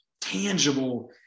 tangible